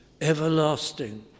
everlasting